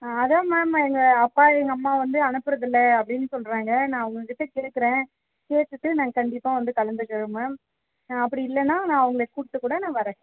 அதுதான் மேம் எங்கள் அப்பா எங்கள் அம்மா வந்து அனுப்புகிறதில்ல அப்படினு சொல்கிறாங்க நான் அவங்கக் கிட்டே கேட்குறேன் கேட்டுவிட்டு நான் கண்டிப்பாக வந்து கலந்துக்கிறேன் மேம் அப்படி இல்லைனா நான் அவங்கள கூட்டுக்கூட நான் வரறேன்